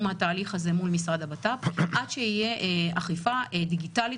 התהליך הזה מול המשרד לבט"פ עד שתהיה אכיפה דיגיטלית.